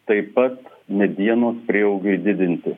taip pat medienos prieaugiui didinti